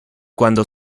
cuando